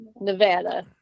Nevada